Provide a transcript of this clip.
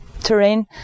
terrain